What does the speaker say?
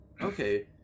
Okay